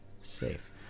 safe